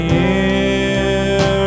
year